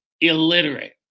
illiterate